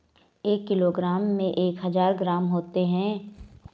एक किलोग्राम में एक हजार ग्राम होते हैं